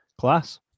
class